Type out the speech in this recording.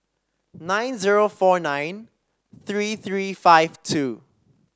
nine zero four nine three three five two